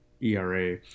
ERA